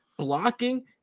Blocking